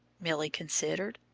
milly considered.